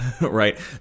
right